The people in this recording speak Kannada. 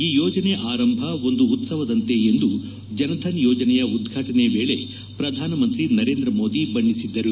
ಈ ಯೋಜನೆ ಆರಂಭ ಒಂದು ಉತ್ತವದಂತೆ ಎಂದು ಜನ್ಧನ್ ಯೋಜನೆಯ ಉದ್ವಾಟನೆ ವೇಳೆ ಪ್ರಧಾನಮಂತ್ರಿ ನರೇಂದ್ರ ಮೋದಿ ಬಣ್ಣಿಸಿದ್ದರು